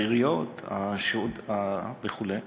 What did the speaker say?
העיריות וכו',